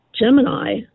Gemini